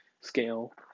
scale